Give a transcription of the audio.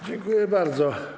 Dziękuję bardzo.